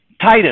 Titus